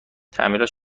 تعمیرات